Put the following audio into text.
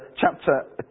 chapter